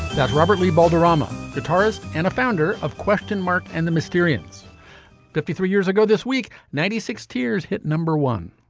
that robert lee valderrama guitarist and a founder of question mark and the mysterious fifty three years ago this week ninety six tears hit number one